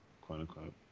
quote-unquote